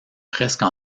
presque